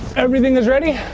everything is ready?